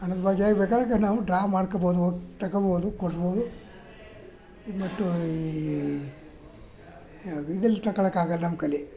ಹಣದ ಬಗ್ಗೆ ಬೇಕಾದರೆ ನಾವು ಡ್ರಾ ಮಾಡ್ಕೊಳ್ಬೋದು ತೊಗೊಳ್ಬೋದು ಕೊಡ್ಬೋದು ಬಟ್ಟು ಈ ಏನದು ಇದರಲ್ಲಿ ತಗೊಳ್ಳೋಕ್ಕಾಗೋಲ್ಲ ನಮ್ಮ ಕೈಯ್ಯಲ್ಲಿ